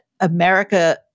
America